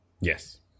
yes